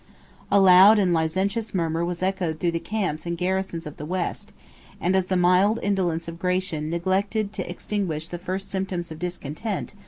a loud and licentious murmur was echoed through the camps and garrisons of the west and as the mild indolence of gratian neglected to extinguish the first symptoms of discontent,